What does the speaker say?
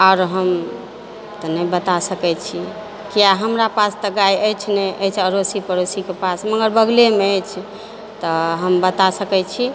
आओर हम तऽ नहि बता सकै छी किया हमरा पास तऽ गाए अछि नहि अछि अड़ोसी पड़ोसीके पास मगर बगलेमे अछि तऽ हम बता सकै छी